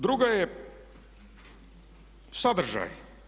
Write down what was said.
Druga je sadržaj.